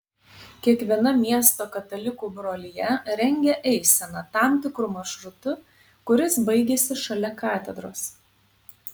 kiekviena miesto katalikų brolija rengia eiseną tam tikru maršrutu kuris baigiasi šalia katedros